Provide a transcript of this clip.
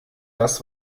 das